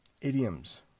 idioms